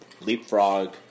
leapfrog